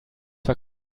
zwar